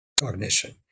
cognition